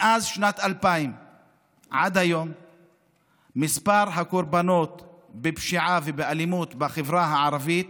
מאז שנת 2000 עד היום מספר הקורבנות בפשיעה ובאלימות בחברה הערבית